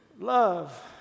Love